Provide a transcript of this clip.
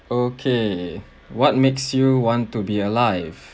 okay what makes you want to be alive